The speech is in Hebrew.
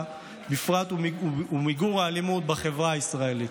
בפרט ומיגור האלימות בחברה הישראלית.